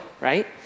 right